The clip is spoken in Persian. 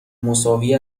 مساوی